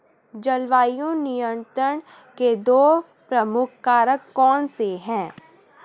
जलवायु नियंत्रण के दो प्रमुख कारक कौन से हैं?